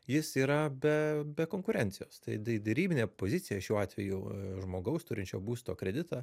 jis yra be be konkurencijos tai derybinė pozicija šiuo atveju žmogaus turinčio būsto kreditą